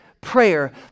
prayer